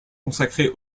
consacré